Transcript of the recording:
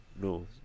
No